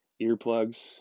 earplugs